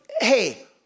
hey